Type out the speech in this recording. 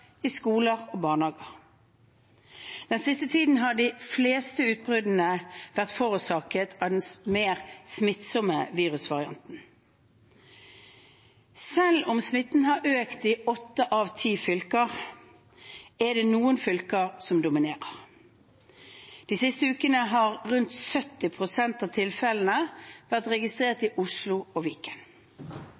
i skoler og barnehager. Den siste tiden har de fleste utbruddene vært forårsaket av den mer smittsomme virusvarianten. Selv om smitten har økt i åtte av ti fylker, er det noen fylker som dominerer. De siste ukene har rundt 70 pst. av tilfellene vært registrert i Oslo og Viken.